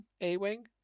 A-Wing